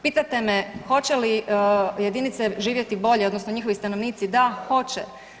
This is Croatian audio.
Pitate me hoće li jedinice živjeti bolje odnosno njihovi stanovnici, da hoće.